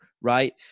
Right